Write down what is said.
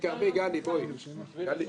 בבקשה.